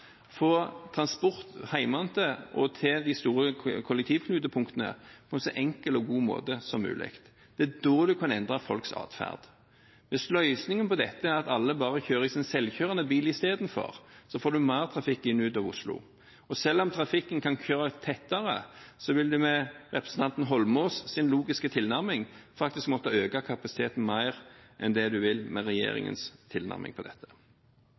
få transport hjemmefra og til de store kollektivknutepunktene, på en så enkel og god måte som mulig? Det er da en kan endre folks atferd. Hvis løsningen på dette er at alle bare kjører i sin selvkjørende bil i stedet, får en mer trafikk inn og ut av Oslo. Og selv om trafikken kan kjøre tettere, vil en med representanten Eidsvoll Holmås’ logiske tilnærming faktisk måtte øke kapasiteten mer enn det en vil med regjeringens tilnærming til dette.